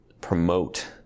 promote